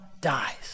dies